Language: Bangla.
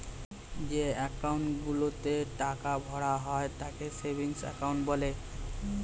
যে অ্যাকাউন্ট গুলোতে টাকা ভরা হয় তাকে সেভিংস অ্যাকাউন্ট বলে